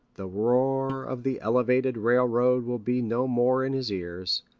the roar of the elevated railroad will be no more in his ears,